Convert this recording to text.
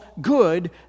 good